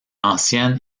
ancienne